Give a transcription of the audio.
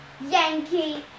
Yankee